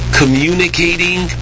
communicating